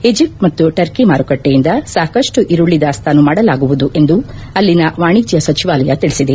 Egypt ಮತ್ತು Turkey ಮಾರುಕಟ್ಟೆಯಿಂದ ಸಾಕಷ್ಟು ಈರುಳ್ಳ ದಾಸ್ತಾನು ಮಾಡಲಾಗುವುದು ಎಂದು ಅಲ್ಲಿನ ವಾಣಿಜ್ಯ ಸಚಿವಾಲಯ ತಿಳಿಸಿದೆ